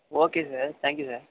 okay sir thank you sir